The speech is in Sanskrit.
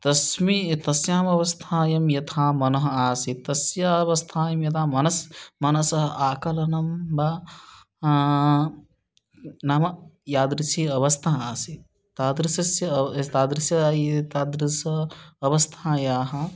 तस्मिन् य तस्याम् अवस्थायां यथा मनः आसीत् तस्य अवस्थायां यदा मनस् मनसः आकलनं ब नाम यादृशी अवस्था आसीत् तादृशस्य अव् तादृश्याः एतादृश्याः अवस्थायाः